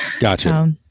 Gotcha